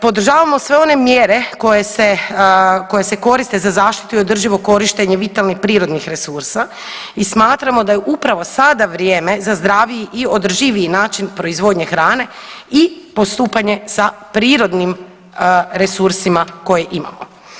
Podržavamo sve one mjere koje se, koje se koriste za zaštitu i održivo korištenje vitalnih prirodnih resursa i smatramo da je upravo sada vrijeme za zdraviji i održiviji način proizvodnje hrane i postupanje sa prirodnim resursima koje imamo.